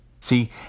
See